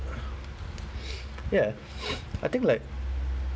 ya I think like